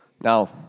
now